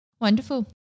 Wonderful